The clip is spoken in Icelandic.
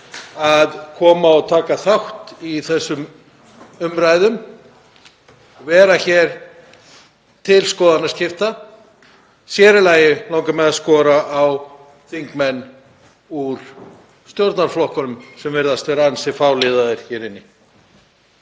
að koma og taka þátt í þessum umræðum og vera hér til skoðanaskipta. Sér í lagi langar mig að skora á þingmenn stjórnarflokkanna, sem virðast vera ansi fáliðaðir hér inni.